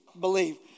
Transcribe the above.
believe